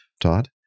Todd